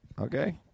Okay